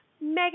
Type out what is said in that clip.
Megan